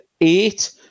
eight